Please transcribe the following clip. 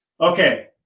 Okay